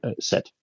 set